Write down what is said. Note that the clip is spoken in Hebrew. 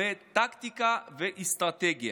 הרבה טקטיקה ואסטרטגיה.